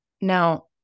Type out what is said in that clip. Now